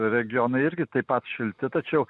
regionai irgi taip pat šilti tačiau